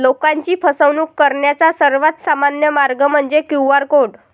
लोकांची फसवणूक करण्याचा सर्वात सामान्य मार्ग म्हणजे क्यू.आर कोड